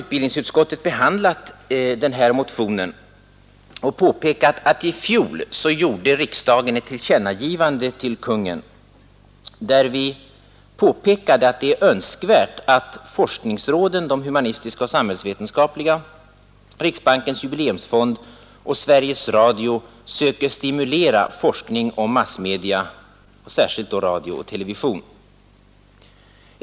Utbildningsutskottet har nu behandlat motionen och påpekat att riksdagen i fjol gjorde ett tillkännagivande till Kungl. Maj:t, varvid framhölls att det är önskvärt att de humanistiska och samhällsvetenskapliga forskningsråden, riksbankens jubileumsfond och Sveriges Radio söker stimulera forskning rörande massmedia och i synnerhet radio och television.